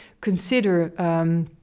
consider